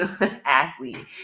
athlete